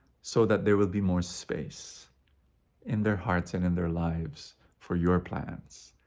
so that there will be more space in their hearts and in their lives for your plans,